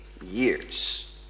years